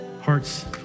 hearts